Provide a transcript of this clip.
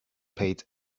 paid